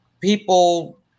people